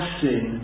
sin